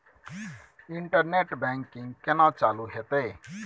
Internet banking केना चालू हेते?